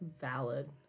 Valid